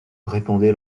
répondait